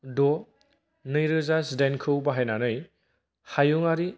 द' नैरोजा जिदाइनखौ बाहायनानै हायुंआरि